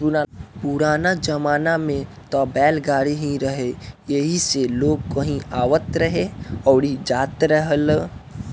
पुराना जमाना में त बैलगाड़ी ही रहे एही से लोग कहीं आवत रहे अउरी जात रहेलो